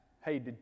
hey